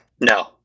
No